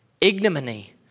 ignominy